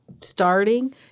Starting